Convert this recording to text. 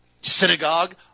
synagogue